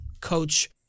coach